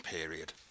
period